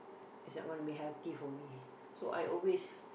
it's not gonna be healthy for me so I always